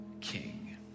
king